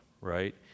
right